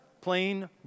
plain